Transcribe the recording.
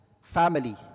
family